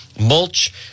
mulch